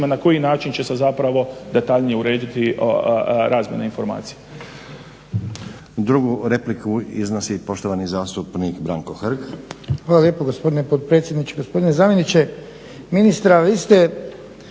na koji način će se zapravo detaljnije urediti razmjena informacija. **Stazić, Nenad (SDP)** Drugu repliku iznosi poštovani zastupnik Branko Hrg. **Hrg, Branko (HSS)** Hvala lijepo gospodine potpredsjedniče. Gospodine zamjeniče ministra vi ste